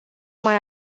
mai